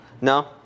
No